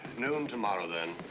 noon tomorrow, then.